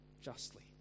justly